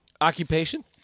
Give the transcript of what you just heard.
Occupation